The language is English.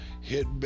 hit